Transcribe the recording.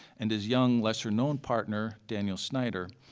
and his young lesser-known partner daniel snyder.